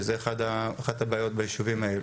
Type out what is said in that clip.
שזה אחת הבעיות ביישובים האלה.